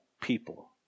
people